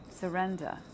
surrender